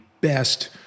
best